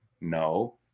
No